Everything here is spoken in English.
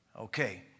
Okay